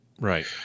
Right